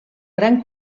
gran